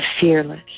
fearless